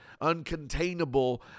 uncontainable